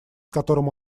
которым